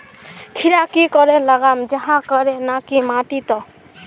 खीरा की करे लगाम जाहाँ करे ना की माटी त?